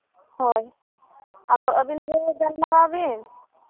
ᱦᱳᱭ ᱟᱫᱚ ᱟᱹᱵᱤᱱ ᱜᱮ ᱜᱟᱞᱢᱟᱨᱟᱣ ᱵᱤᱱ